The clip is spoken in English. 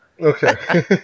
Okay